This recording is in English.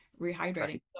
rehydrating